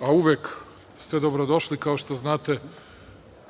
a uvek ste dobro došli, kao što znate,